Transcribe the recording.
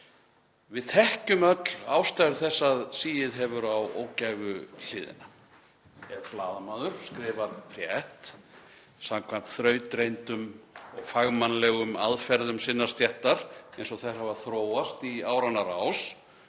Við þekkjum öll ástæður þess að sigið hefur á ógæfuhliðina. Ef blaðamaður skrifar frétt samkvæmt þrautreyndum og fagmannlegum aðferðum sinnar stéttar eins og þær hafa þróast í áranna rás